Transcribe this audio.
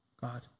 God